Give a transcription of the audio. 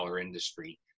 industry